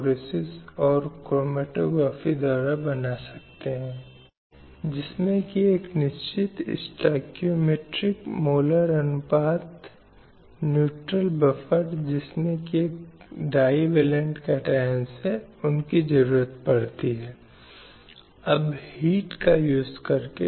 हिंसा के कई अन्य रूप हो सकते हैं जो महिलाओं के खिलाफ अपराध हैं चाहे परिवार के भीतर हों या परिवार के बाहर अगर हम घरेलू हिंसा की बात करते हैं तो परिवार के भीतर हिंसा का एक सामान्य उदाहरण है